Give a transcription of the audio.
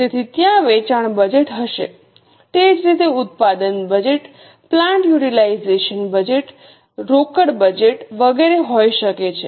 તેથી ત્યાં વેચાણ બજેટ હશે તે જ રીતે ઉત્પાદન બજેટ પ્લાન્ટ યુટિલાઇઝેશન બજેટ રોકડ બજેટ વગેરે હોઈ શકે છે